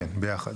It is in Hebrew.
יחד.